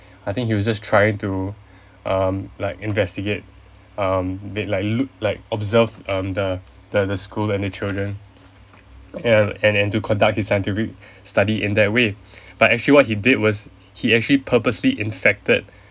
I think he was just trying to um like investigate um may like look like observe um the the the school and the children and and to conduct his scientific study in that way but actually what he did was he actually purposely infected